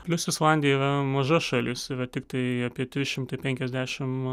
plius islandija yra maža šalis yra tiktai apie trys šimtai penkiasdešimt